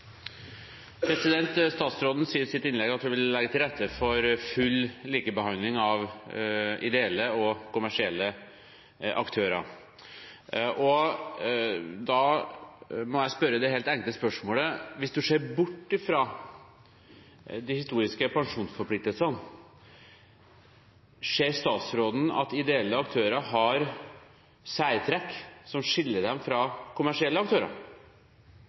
full likebehandling av ideelle og kommersielle aktører. Da må jeg stille det helt enkle spørsmålet: Hvis man ser bort fra de historiske pensjonsforpliktelsene, ser statsråden at ideelle aktører har særtrekk som skiller dem fra kommersielle aktører?